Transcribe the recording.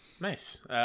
Nice